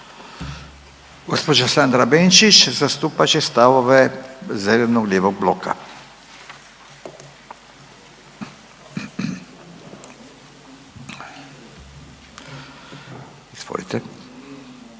Gospođa Sandra Benčić zastupat će stavove zeleno-lijevog bloka. Izvolite.